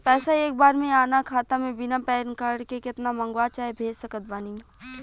पैसा एक बार मे आना खाता मे बिना पैन कार्ड के केतना मँगवा चाहे भेज सकत बानी?